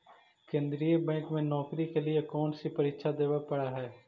केन्द्रीय बैंक में नौकरी के लिए कौन सी परीक्षा देवे पड़ा हई